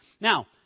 now